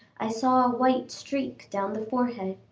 i saw a white streak down the forehead.